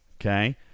Okay